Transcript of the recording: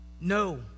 No